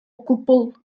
gwbl